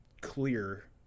clear